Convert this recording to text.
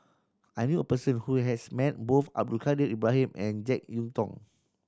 I knew a person who has met both Abdul Kadir Ibrahim and Jek Yeun Thong